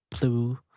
blue